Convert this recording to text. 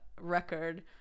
record